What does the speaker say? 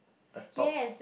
a dog